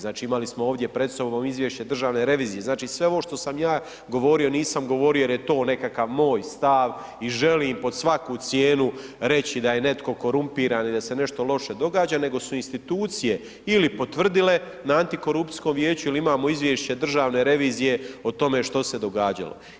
Znači imali smo pred sobom izvješće državne revizije, znači sve ovo što sam ja govorio nisam govorio jer je to nekakav moj stav i želim pod svaku cijenu reći da je netko korumpiran i da se nešto loše događa, nego su institucije ili potvrdile na antikorupcijskom vijeću ili imamo izvješće državne revizije o tome što se događalo.